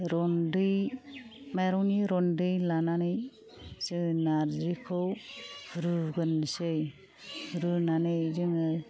रन्दै मायरंनि रन्दै लानानै जों नार्जिखौ रुग्रोनोसै रुनानै जोङो